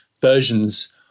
versions